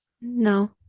No